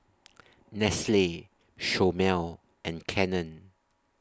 Nestle Chomel and Canon